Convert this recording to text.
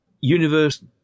Universe